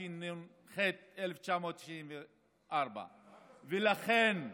התשנ"ד 1994. ולכן,